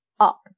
up